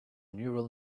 neural